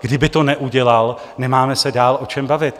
Kdyby to neudělal, nemáme se dál o čem bavit.